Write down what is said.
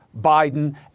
Biden